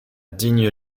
digne